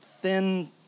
thin